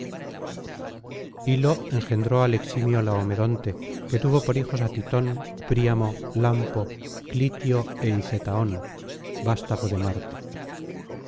lio engendró al eximio laomedonte que tuvo por hijos átitón príamo lampo clitioé hicetaón vastago de marte